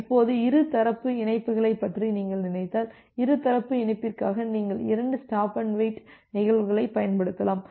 இப்போது இருதரப்பு இணைப்புகளைப் பற்றி நீங்கள் நினைத்தால் இருதரப்பு இணைப்பிற்காக நீங்கள் இரண்டு ஸ்டாப் அண்டு வெயிட் நிகழ்வுகளைப் பயன்படுத்தலாம்